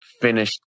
finished